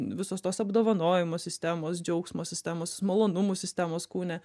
visos tos apdovanojimo sistemos džiaugsmo sistemos malonumų sistemos kūne